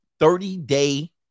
30-day